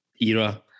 Era